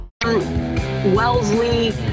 wellesley